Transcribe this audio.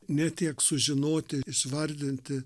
ne tiek sužinoti išvardinti